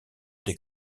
des